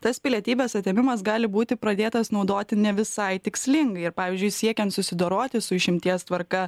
tas pilietybės atėmimas gali būti pradėtas naudoti ne visai tikslingai ir pavyzdžiui siekiant susidoroti su išimties tvarka